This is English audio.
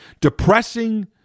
depressing